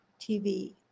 TV